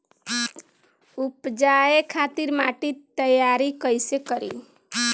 उपजाये खातिर माटी तैयारी कइसे करी?